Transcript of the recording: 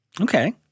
Okay